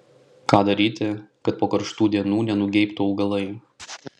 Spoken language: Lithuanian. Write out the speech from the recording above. ką daryti kad po karštų dienų nenugeibtų augalai